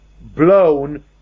blown